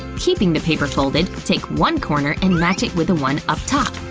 keeping the paper folded, take one corner and match it with the one up top.